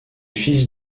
fils